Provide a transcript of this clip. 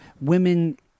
women